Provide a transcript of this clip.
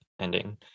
ending